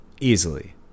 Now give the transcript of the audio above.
easily